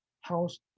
house